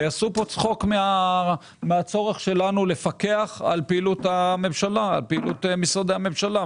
עשו כאן צחוק מן הצורך שלנו לפקח על פעילות משרדי הממשלה,